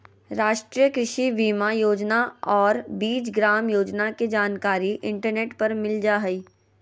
राष्ट्रीय कृषि बीमा योजना और बीज ग्राम योजना के जानकारी इंटरनेट पर मिल जा हइ